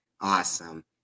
awesome